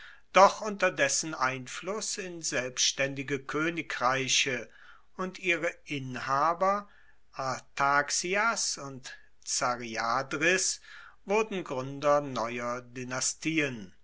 doch unter dessen einfluss in selbstaendige koenigreiche und ihre inhaber artaxias und zariadris wurden gruender neuer